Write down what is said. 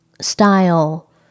style